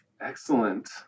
excellent